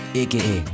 aka